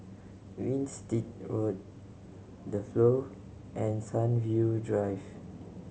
Winstedt Road The Flow and Sunview Drive